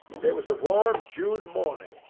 it was a warm june morning,